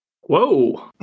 Whoa